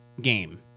game